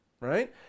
right